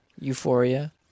Euphoria